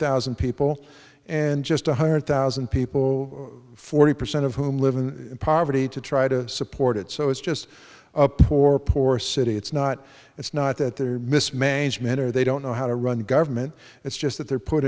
thousand people and just one hundred thousand people forty percent of whom live in poverty to try to support it so it's just a poor poor city it's not it's not that they're mismanagement or they don't know how to run government it's just that they're put